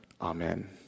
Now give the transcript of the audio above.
amen